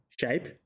shape